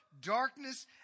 darkness